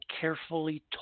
Carefully